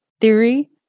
theory